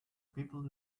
people